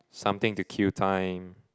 something to kill time